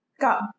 Go